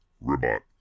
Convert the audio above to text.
robot